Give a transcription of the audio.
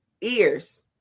ears